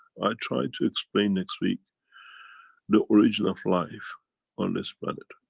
i try to explain next week the origin of life on this planet.